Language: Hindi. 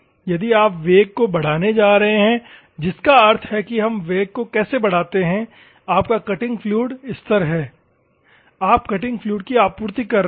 यदि आप वेग को बढ़ाने जा रहे हैं जिसका अर्थ है कि हम वेग को कैसे बढ़ाते हैं आपका कटिंग फ्लूइड स्थिर है आप कटिंग फ्लूइड की आपूर्ति कर रहे हैं